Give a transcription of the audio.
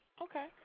Okay